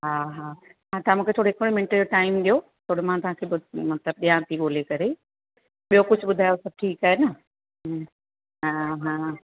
हा हा हा तां मुखे थोड़े हिकिड़े मिंट जो टाइम ॾियो थोरो मां तव्हांखे मतिलबु ॾियां थी ॻोखे करे ॿियो कुझु ॿुधायो सभु ठीकु आहे न हा हा